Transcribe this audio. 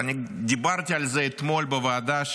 דיברתי על זה אתמול בוועדה,